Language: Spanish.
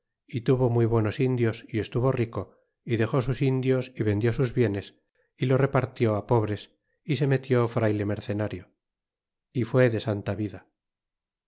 é tuvo muy buenos indios é estuvo rico ó dexó sus indios y vendió sus bienes é lo repartió pobres é se metió frayle mercenario é fué de santa vida